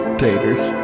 taters